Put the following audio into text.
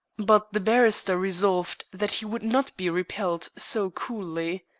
but the barrister resolved that he would not be repelled so coolly.